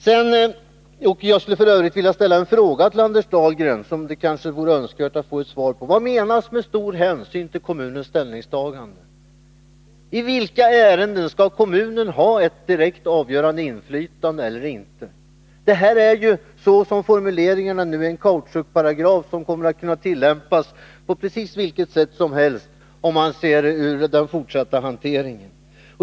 Jag skulle f. ö. till Anders Dahlgren vilja ställa en fråga, som jag tycker det vore önskvärt att få ett svar på: Vad menas med ”stor hänsyn till kommunens ställningstagande” och i vilka ärenden skall kommunen ha ett direkt avgörande inflytande? Det här är ju, såsom formuleringarna nu är, en kautschukparagraf, som kommer att kunna tillämpas på precis vilket sätt som helst vid den fortsatta hanteringen.